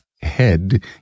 head